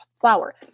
flour